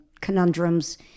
conundrums